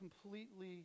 completely